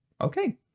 Okay